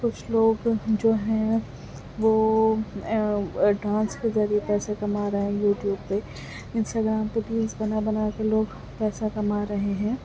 کچھ لوگ جو ہیں وہ ڈانس کے ذریعے پیسے کما رہے ہیں یوٹیوب پہ انسٹاگرام پہ ریلس بنا بنا کے لوگ پیسہ کما رہے ہیں